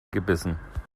gebissen